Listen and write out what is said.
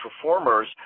performers